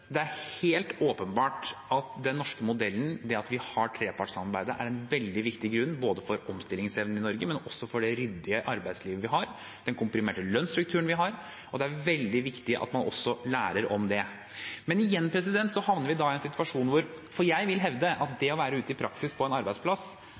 Det er helt åpenbart at den norske modellen, det at vi har trepartssamarbeidet, er en veldig viktig grunn både for omstillingsevnen i Norge, det ryddige arbeidslivet vi har, og den komprimerte lønnsstrukturen vi har. Det er veldig viktig at man også lærer om det. Jeg vil hevde at det å være ute i praksis på en